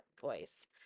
voice